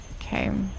Okay